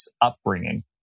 upbringing